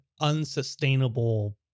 unsustainable